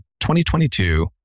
2022